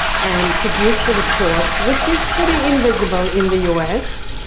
and produced a report, which is pretty invisible in the us.